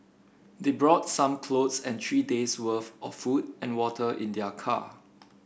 they brought some clothes and three days worth of food and water in their car